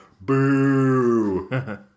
Boo